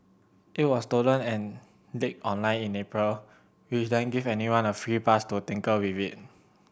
it was stolen and leaked online in April which then gave anyone a free pass to tinker with it